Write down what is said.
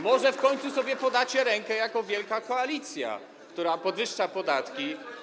Może w końcu sobie podacie rękę jako wielka koalicja, która podwyższa podatki.